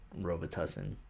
Robitussin